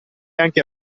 anche